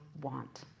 want